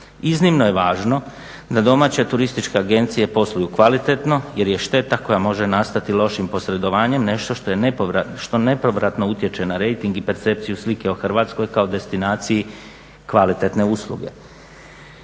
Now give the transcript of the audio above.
Iznimno je važno da domaće turističke agencije posluju kvalitetno jer je šteta koja može nastati lošim posredovanjem nešto što nepovratno utječe na rejting i percepciju slike o Hrvatskoj kao destinaciji kvalitetne usluge.